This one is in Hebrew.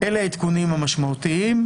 אלה העדכונים המשמעותיים.